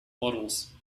models